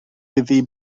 iddi